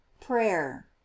prayer